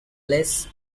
less